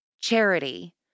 charity